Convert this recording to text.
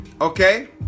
Okay